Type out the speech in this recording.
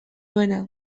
duena